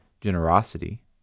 generosity